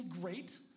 great